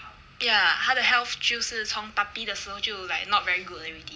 ya 她的 health 就是从 puppy 的时候就 like not very good already